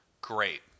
Great